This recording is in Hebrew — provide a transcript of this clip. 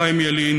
חיים ילין,